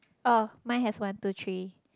oh mine has one two three